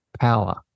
power